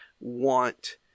want